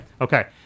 Okay